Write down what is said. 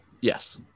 Yes